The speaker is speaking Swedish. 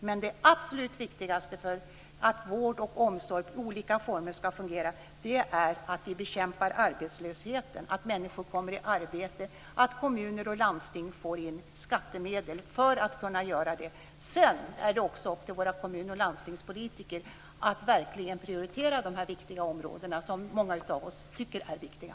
Men det absolut viktigaste för att vård och omsorg i olika former ska fungera är att vi bekämpar arbetslösheten, att människor kommer i arbete, att kommuner och landsting får in skattemedel för att kunna göra det. Sedan är det också upp till våra kommmun och landstingspolitiker att verkligen prioritera de här viktiga områdena, som många av oss tycker är viktiga.